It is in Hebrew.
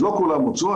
אז לא כולם הוצאו,